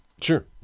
sure